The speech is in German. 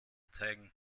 zeigen